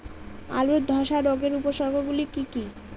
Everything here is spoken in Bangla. আলুর ধ্বসা রোগের উপসর্গগুলি কি কি?